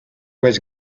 was